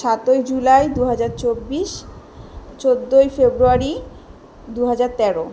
সাতই জুলাই দু হাজার চব্বিশ চোদ্দোই ফেব্রুয়ারি দু হাজার তেরো